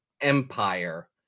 Empire